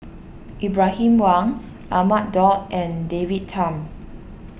Ibrahim Awang Ahmad Daud and David Tham